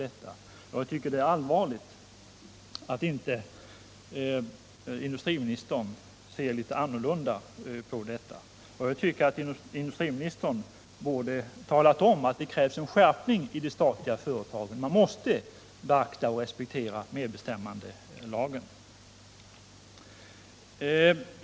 Jag tycker att det är allvarligt att inte industriministern ser allvarligare på detta. Industriministern borde tala om att det krävs en skärpning i de statliga företagen, man måste beakta och respektera medbestämmandelagen.